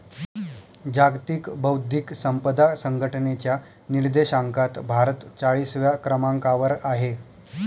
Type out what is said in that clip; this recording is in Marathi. जागतिक बौद्धिक संपदा संघटनेच्या निर्देशांकात भारत चाळीसव्या क्रमांकावर आहे